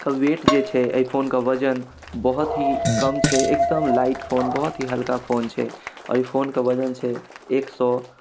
एकर weight जे छै एहि फोनके वजन बहुत ही कम छै एकदम लाइट फोन बहुत ही हल्का फोन छै एहि फोनके वजन छै एक सओ